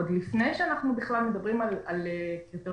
עוד לפני שאנחנו מדברים בכלל על קריטריונים